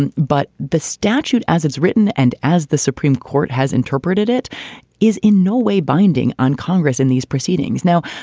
and but the statute, as it's written and as the supreme court has interpreted it, it is in no way binding on congress in these proceedings now.